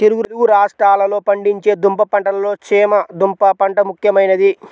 తెలుగు రాష్ట్రాలలో పండించే దుంప పంటలలో చేమ దుంప పంట ముఖ్యమైనది